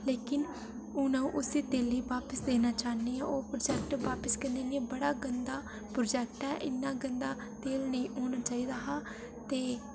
लेकिन हून अ'ऊं उसी तेलै गी बापस देना चाह्न्नीं आं प्रोजेक्ट बापस करने ई एह् बड़ा गंदा प्रोजेक्ट ऐ इन्ना गंदा ते नीं होना चाहिदा हा ते